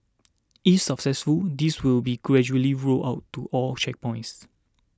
if successful this will be gradually rolled out to all checkpoints